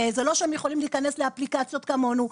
זה לא שהם יכולים להיכנס לאפליקציות כמונו.